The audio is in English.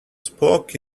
spoke